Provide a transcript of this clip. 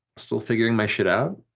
still figuring my shit out?